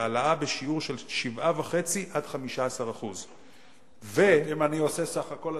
העלאה בשיעור של 7.5% 15%. אם אני עושה סך הכול,